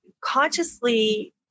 consciously